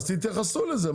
אז תתייחסו לזה.